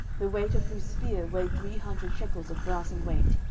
the weight of whose spear weighed three hundred shekels of brass in weight,